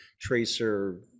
tracer